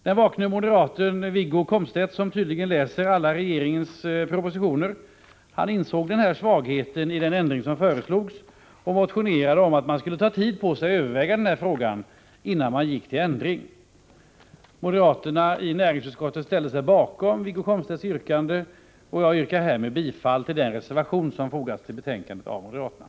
Den vakne moderaten Wiggo Komstedt, som tydligen läser alla regeringens propositioner, insåg denna svaghet i den ändring som föreslogs och motionerade om att man skulle ta tid på sig och överväga frågan innan någon ändring vidtogs. Moderaterna i näringsutskottet ställde sig bakom Wiggo Komstedts förslag, och jag yrkar härmed bifall till den reservation som moderaterna fogat till betänkandet.